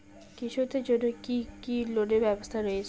কৃষকদের জন্য কি কি লোনের ব্যবস্থা রয়েছে?